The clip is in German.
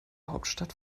hauptstadt